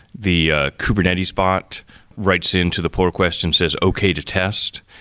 the kubernetes bot writes into the pull request and says, okay to test.